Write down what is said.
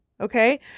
Okay